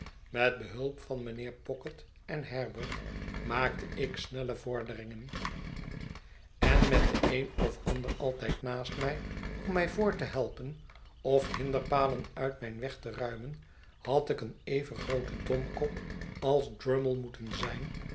met behulp van mijnheer pocket en herbert maakte ik snelle vorderingen en met den een of ander altijd naast mij om mij voort te helpen of hinderpalen uit mijn weg te ruimen had ik een evengroote domkop als drummle moeten zijn